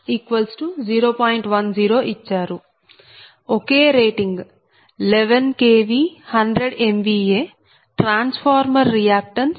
10 ఇచ్చారు ఒకే rating 11 kV 100 MVA transformer reactance 0